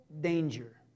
danger